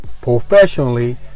professionally